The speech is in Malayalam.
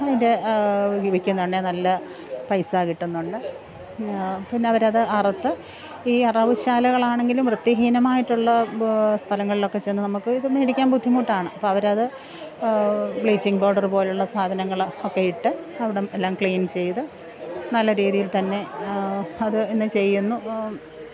അതിന്റെ വിൽക്കുന്നുണ്ടെങ്കിൽ നല്ല പൈസ കിട്ടുന്നുണ്ട് പിന്നെ പിന്നെയവരത് അറുത്ത് ഈ അറവുശാലകളാണെങ്കിലും വൃത്തിഹീനമായിട്ടുള്ള സ്ഥലങ്ങളിലൊക്കെ ചെന്ന് നമുക്ക് ഇത് മേടിക്കാന് ബുദ്ധിമുട്ടാണ് അപ്പം അവരത് ബ്ലീച്ചിംഗ് പൗഡറ് പോലുള്ള സാധനങ്ങൾ ഒക്കെ ഇട്ട് അവിടം എല്ലാം ക്ലീന് ചെയ്ത് നല്ല രീതിയില്ത്തന്നെ അത് ഇന്ന് ചെയ്യുന്നു